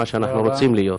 מה שאנחנו רוצים להיות.